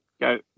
go